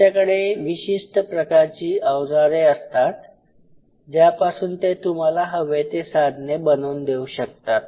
त्याच्याकडे विशिष्ट प्रकारची अवजारे असतात ज्यापासून ते तुम्हाला हवे तसे साधने बनवून देऊ शकतात